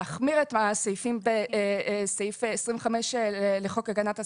להחמיר את הסעיפים בסעיף 25 לחוק הגנת השכר,